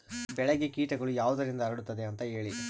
ಬೆಳೆಗೆ ಕೇಟಗಳು ಯಾವುದರಿಂದ ಹರಡುತ್ತದೆ ಅಂತಾ ಹೇಳಿ?